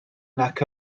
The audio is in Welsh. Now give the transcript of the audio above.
nac